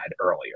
earlier